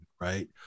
right